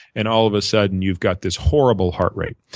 and all of a sudden you've got this horrible heartrate.